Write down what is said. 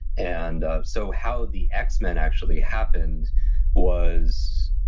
and ah so how the x-men actually happened was.